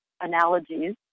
analogies